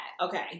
Okay